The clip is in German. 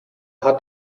hat